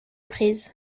prise